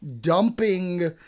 dumping